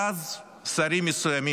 ואז שרים מסוימים,